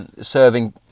serving